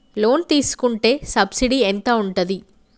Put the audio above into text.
Loan తీసుకుంటే subsidy ఎంత ఉంటది?